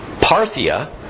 Parthia